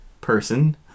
person